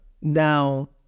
now